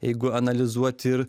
jeigu analizuoti ir